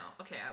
Okay